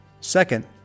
Second